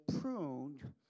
pruned